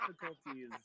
difficulties